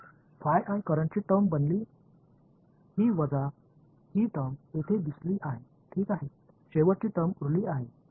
तर करंटची टर्म बनली ही वजा ही टर्म इथे दिसली आहे ठीक आहे शेवटची टर्म उरली आहे